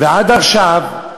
עד עכשיו,